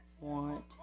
want